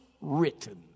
written